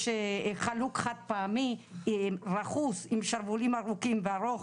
יש חלוק חד-פעמי רכוס עם שרוולים ארוכים וארוך,